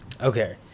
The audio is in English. okay